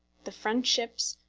the friendships,